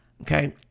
okay